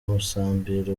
musambira